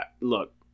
look